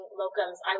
locums